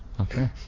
Okay